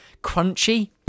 Crunchy